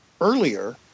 earlier